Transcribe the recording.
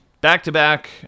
back-to-back